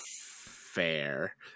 fair